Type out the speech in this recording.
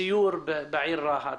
בסיור בעיר רהט.